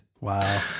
Wow